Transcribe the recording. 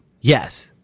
Yes